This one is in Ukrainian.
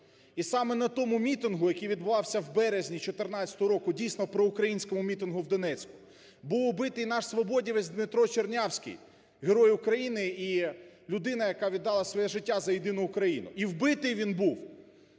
і саме на тому мітингу, який відбувався в березні 2014 року, дійсно, проукраїнському мітингу в Донецьку, був вбитий наш свободівець Дмитро Чернявський, Герой України і людина, яка віддала своє життя за єдину Україну. І вбитий він був